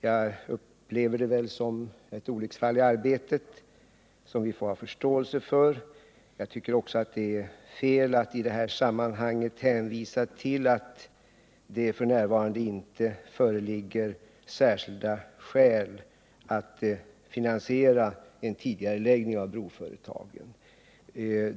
Jag upplever det som ett olycksfall i arbetet som vi får ha förståelse för. Jag tycker också det är fel att i det sammanhanget hänvisa till att det f. n. inte föreligger särskilda skäl att finansiera en tidigareläggning av broföretagen.